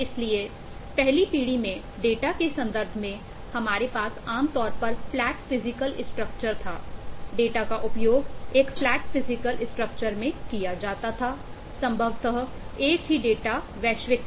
इसलिए पहली पीढ़ी में डेटा के संदर्भ में हमारे पास आमतौर पर फ्लैट फिजिकल स्ट्रक्चर में किया जाता था संभवतः एक ही डेटा वैश्विक था